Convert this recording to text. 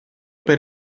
per